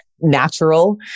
natural